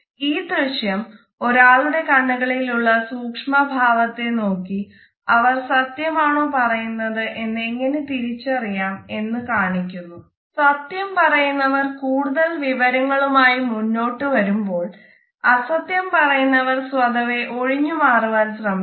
ഈ ദൃശ്യം ഒരാളുടെ കണ്ണുകളിൽ ഉള്ള സൂക്ഷ്മ ഭാവത്തെ നോക്കി അവർ സത്യം ആണോ പറയുന്നത് എന്ന് എങ്ങനെ തിരിച്ചറിയാം എന്ന് കാണിക്കുന്നു സത്യം പറയുന്നവർ കൂടുതൽ വിവരങ്ങളുമായി മുന്നിട്ട് വരുമ്പോൾ അസത്യം പറയുന്നവർ സ്വതവേ ഒഴിഞ്ഞു മാറുവാൻ ശ്രമിക്കുന്നു